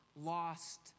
lost